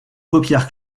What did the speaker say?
paupières